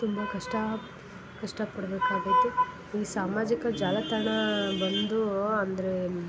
ತುಂಬ ಕಷ್ಟ ಕಷ್ಟ ಪಡಬೇಕಾಗೈತೆ ಈ ಸಾಮಾಜಿಕ ಜಾಲತಾಣ ಬಂದು ಅಂದರೆ